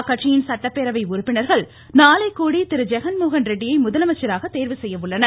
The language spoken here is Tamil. அக்கட்சியின் சட்டப்பேரவை உறுப்பினர்கள் நாளை கூடி திரு ஜெகன் மோகன் ரெட்டியை முதலமைச்சராக தேர்வு செய்ய உள்ளனர்